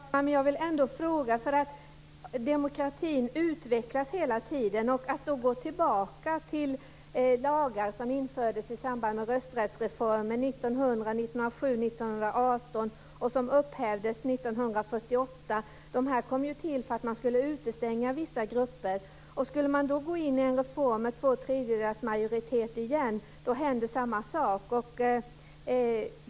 Fru talman! Jag vill ändå ställa en fråga när det gäller att demokratin hela tiden utvecklas och att då gå tillbaka till lagar som infördes i samband med rösträttsreformen 1900, 1907 och 1918 och som upphävdes 1948. Dessa kom ju till för att man skulle utestänga vissa grupper. Skulle man då gå in i en reform med två tredjedelars majoritet igen, då händer samma sak.